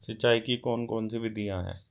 सिंचाई की कौन कौन सी विधियां हैं?